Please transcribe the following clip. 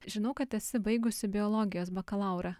žinau kad esi baigusi biologijos bakalaurą